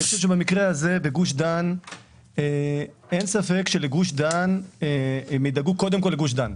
במקרה הזה בגוש דן אין ספק שראשי העיריות ידאגו קודם כול לגוש דן.